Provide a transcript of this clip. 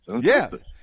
Yes